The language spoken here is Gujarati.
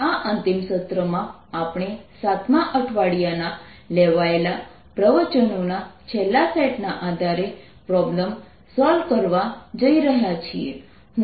આ અંતિમ સત્રમાં આપણે 7 માં અઠવાડિયાના લેવાયેલા પ્રવચનોના છેલ્લા સેટના આધારે પ્રોબ્લેમ સોલ્વ કરવા જઈ રહ્યા છીએ